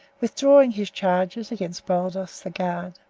withdrawing his charges against baldos the guard.